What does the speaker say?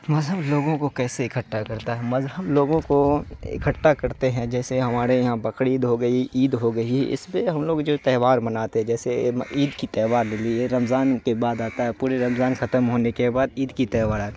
مذہب لوگوں کو کیسے اکٹھا کرتا ہے مذہب لوگوں کو اکٹھا کرتے ہیں جیسے ہمارے یہاں بقرعید ہو گئی عید ہو گئی اس پہ ہم لوگ جو تہوار مناتے جیسے عید کی تہوار لے لیجیے رمضان کے بعد آتا ہے پورے رمضان ختم ہونے کے بعد عید کی تہوار آتا